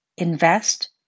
invest